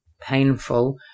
painful